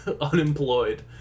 unemployed